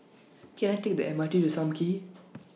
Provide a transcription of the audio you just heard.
Can I Take The M R T to SAM Kee